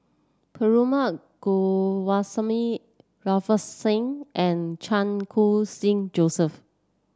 Perumal Govindaswamy Ravinder Singh and Chan Khun Sing Joseph